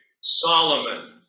Solomon